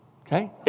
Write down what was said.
okay